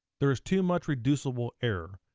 there's too much reducible error.